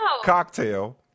cocktail